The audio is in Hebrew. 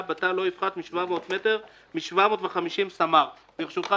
בתא לא יפחת משבע מאות וחמישים סמ"ר." ברשותך,